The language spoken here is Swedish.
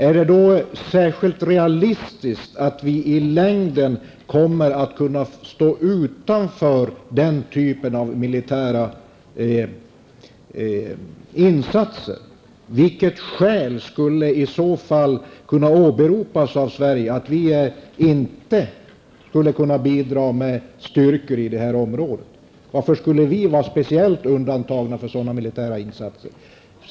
Är det då särskilt realistiskt att vi i längden kommer att kunna stå utanför den typen av militära insatser? Vilket skäl skulle i så fall kunna åberopas av Sverige för att vi inte skulle kunna bidrag med styrkor i det här området? Varför skulle vi bara speciellt undantagna från sådana militära insatser?